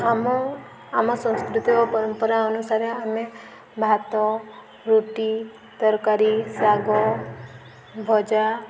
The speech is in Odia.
ଆମ ଆମ ସଂସ୍କୃତି ଓ ପରମ୍ପରା ଅନୁସାରେ ଆମେ ଭାତ ରୁଟି ତରକାରୀ ଶାଗ ଭଜା